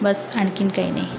बस्स आणखीन काही नाही